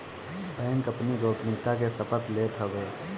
bank अपनी गोपनीयता के शपथ लेत हवे